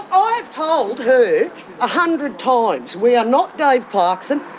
i've told her a hundred times, we are not dave clarkson.